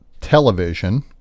Television